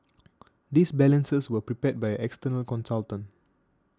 these balances were prepared by an external consultant